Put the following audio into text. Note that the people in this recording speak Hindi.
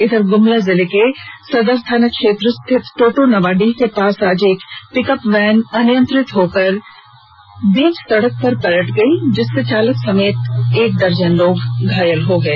इधर गुमला जिले के सदर थाना क्षेत्र स्थित टोटो नवाडीह के पास आज एक पिकअप वैन अनियंत्रित होकर बीच सड़क पर पलट जाने चालक समेत एक दर्जन लोग घायल हो गए